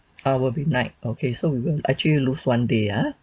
oh will be night okay so we will actually lose one day ah